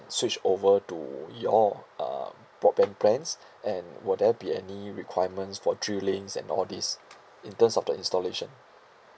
switch over to your uh broadband plans and will there be any requirements for three links and all this in terms of the installation